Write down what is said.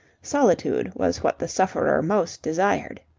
solitude was what the sufferer most desired.